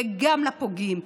וגם לפוגעים,